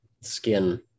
skin